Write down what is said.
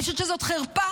אני חושבת שזאת חרפה.